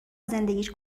زندگیش